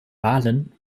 wahlen